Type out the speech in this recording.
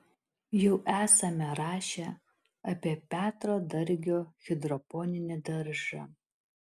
jau esame rašę apie petro dargio hidroponinį daržą